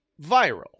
viral